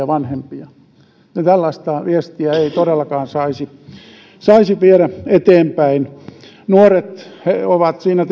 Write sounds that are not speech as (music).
(unintelligible) vanhempia ja tällaista viestiä ei todellakaan saisi saisi viedä eteenpäin nuoret ovat siinä (unintelligible)